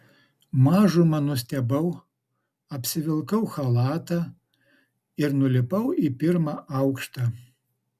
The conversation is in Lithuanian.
mažumą nustebau apsivilkau chalatą ir nulipau į pirmą aukštą